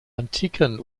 antiken